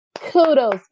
kudos